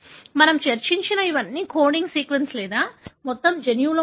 మనము చర్చించిన ఇవన్నీ కోడింగ్ సీక్వెన్స్ లేదా మొత్తం జన్యువులో ఉన్నాయి